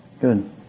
good